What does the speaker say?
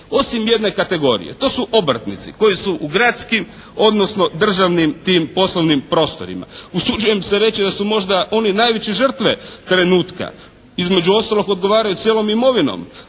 Osim jedne kategoriju, to su obrtnici koji su u gradskim odnosno državnim tim poslovnim prostorima. Usuđujem se reći da su oni možda najveće žrtve trenutka. Između ostalog odgovaraju cijelom imovinom.